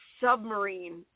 submarine